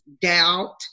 doubt